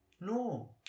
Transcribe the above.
No